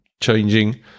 changing